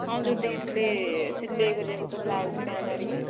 ହଁ ଯେଉଁ ଦେଇଥିଲି ସିଲେଇ କରିବାକୁ ତ ବ୍ଲାଉଜ୍ ପ୍ୟାଣ୍ଟ୍ ହରିକା